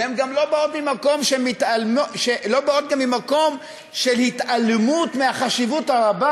והן גם לא באות ממקום של התעלמות מהחשיבות הרבה